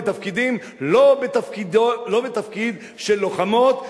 לא בתפקיד של לוחמות,